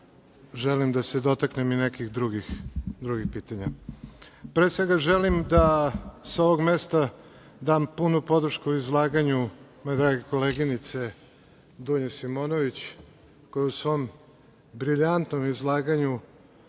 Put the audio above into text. želim da se dotaknem i nekih drugih pitanja. Pre svega, želim da sa ovog mesta dam punu podršku izlaganju moje drage koleginice Dunje Simonović, koja se u svom brilijantnom izlaganju